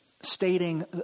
stating